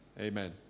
Amen